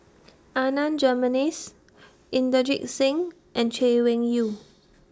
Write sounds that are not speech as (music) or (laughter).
Adan Jimenez Inderjit Singh and Chay Weng Yew (noise)